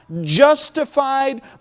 justified